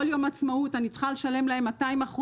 כל יום עצמאות אני צריכה לשלם להם 200%